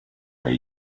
way